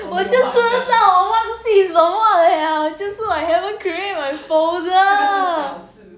我就知道我忘记什么了就是 I haven't created 我的 folder